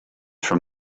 from